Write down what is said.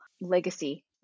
legacy